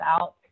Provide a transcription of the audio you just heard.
out